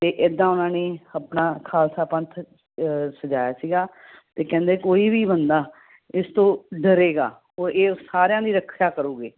ਤਾਂ ਇੱਦਾਂ ਉਹਨਾਂ ਨੇ ਆਪਣਾ ਖਾਲਸਾ ਪੰਥ ਸਜਾਇਆ ਸੀਗਾ ਅਤੇ ਕਹਿੰਦੇ ਕੋਈ ਵੀ ਬੰਦਾ ਇਸ ਤੋਂ ਡਰੇਗਾ ਉਹ ਇਹ ਸਾਰਿਆਂ ਦੀ ਰੱਖਿਆ ਕਰੂੰਗੇ